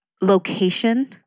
location